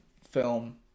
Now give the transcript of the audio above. film